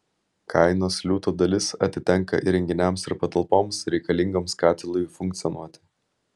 kainos liūto dalis atitenka įrenginiams ir patalpoms reikalingoms katilui funkcionuoti